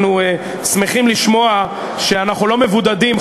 אנחנו שמחים לשמוע שאנחנו לא מבודדים.